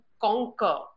conquer